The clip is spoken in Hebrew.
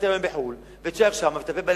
היריון בחוץ-לארץ ותישאר שם ותטפל בילדים.